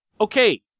okay